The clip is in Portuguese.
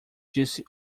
disse